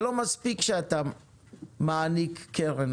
זה לא מספיק שאתה מעניק קרן.